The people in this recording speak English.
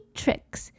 tricks